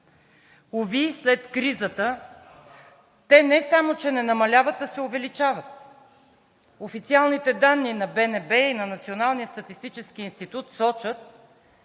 Уви, след кризата те не само че не намаляват, а се увеличават. Официалните данни на БНБ и на Националния статистически институт сочат,